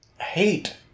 hate